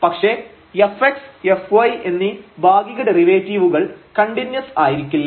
പക്ഷേ fx fy എന്നീ ഭാഗിക ഡെറിവേറ്റീവുകൾ കണ്ടിന്യൂസ് ആയിരിക്കില്ല